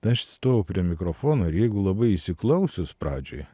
aš stojau prie mikrofono ir jeigu labai įsiklausius pradžioj